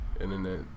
internet